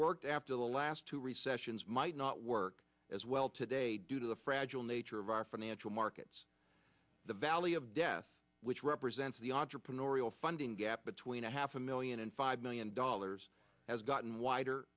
worked after the last two recessions might not work as well today due to the fragile nature of our financial markets the valley of death which represents the entrepreneurial funding gap between a half a million and five million dollars has gotten wider